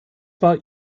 war